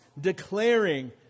declaring